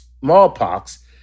smallpox